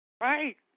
Right